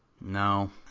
No